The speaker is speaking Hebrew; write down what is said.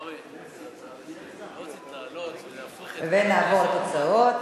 ההצעה להפוך את הצעת